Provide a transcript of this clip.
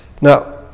Now